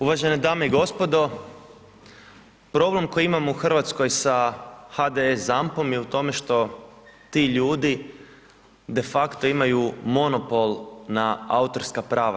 Uvažene dame i gospodo problem koji imamo u Hrvatskoj sa HDS ZAMP-om je u tome što ti ljudi de facto imaju monopol na autorska prava.